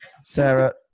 Sarah